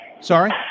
Sorry